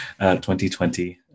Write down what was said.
2020